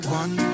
one